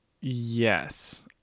Yes